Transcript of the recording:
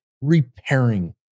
repairing